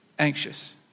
anxious